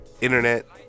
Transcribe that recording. internet